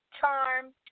Charm